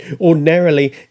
Ordinarily